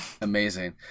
amazing